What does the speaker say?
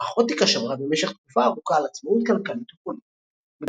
אך אוטיקה שמרה במשך תקופה ארוכה על עצמאות כלכלית ופוליטית וגם